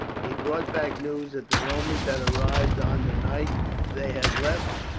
he brought back news that the romans had arrived on the night they had left,